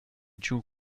giu